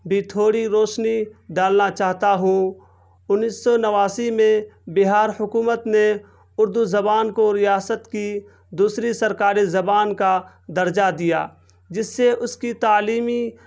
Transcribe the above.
بھی تھوڑی روشنی ڈالنا چاہتا ہوں انیس سو نواسی میں بہار حکومت نے اردو زبان کو ریاست کی دوسری سرکاری زبان کا درجہ دیا جس سے اس کی تعلیمی